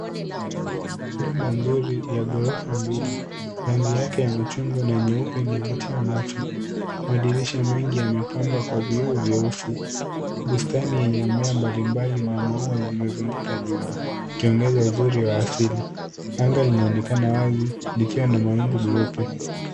Nyumba nzuri ya ghorofa mbili. Rangi yake ya machungwa na nyeupe inavutia macho. Madirisha mengi yamepambwa kwa vioo vyeusi. Bustani yenye mimea mbalimbali na maua zinazunguka nyumba ikiongeza uzuri wa asili. Anga linaonekana wazi likiwa na mawingu meupe.